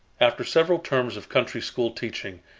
after several terms of country school teaching,